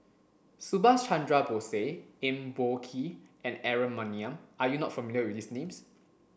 Subhas Chandra Bose Eng Boh Kee and Aaron Maniam are you not familiar with these names